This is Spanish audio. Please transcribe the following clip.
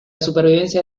supervivencia